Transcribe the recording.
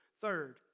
third